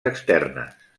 externes